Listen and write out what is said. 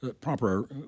proper